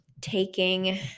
taking –